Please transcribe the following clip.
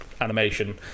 animation